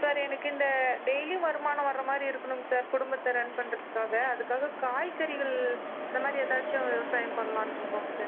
sir எனக்கு இந்த டெய்லியும் வருமானம் வரமாதிரி இருக்குணுங்க சார் குடும்பத்தை ரன் பண்ணுறதுக்காக அதற்காக காய்கறிகள் இந்தமாதிரி எதாச்சும் விவசாயம் பண்ணலான்னு இருக்கோங்க சார்